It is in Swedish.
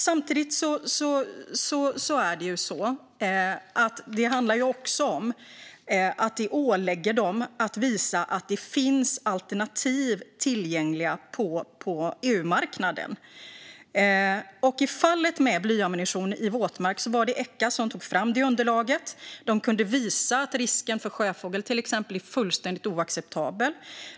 Samtidigt ålägger vi dem att visa att det finns alternativ tillgängliga på EU-marknaden. I fallet med blyammunition i våtmark var det Echa som tog fram underlaget. De kunde visa att risken för till exempel sjöfågel är fullständigt oacceptabel.